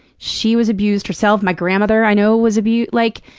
she was abused, herself. my grandmother, i know was abused. like,